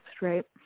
right